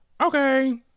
Okay